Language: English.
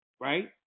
Right